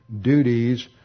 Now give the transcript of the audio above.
duties